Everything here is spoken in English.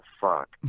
fuck